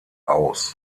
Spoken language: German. aus